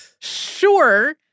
Sure